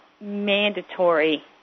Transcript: mandatory